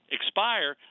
expire